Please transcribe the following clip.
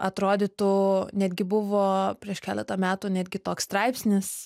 atrodytų netgi buvo prieš keletą metų netgi toks straipsnis